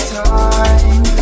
time